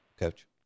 Coach